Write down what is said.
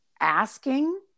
asking